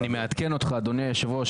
אני מעדכן אותך אדוני היושב ראש,